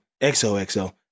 XOXO